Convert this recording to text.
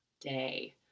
day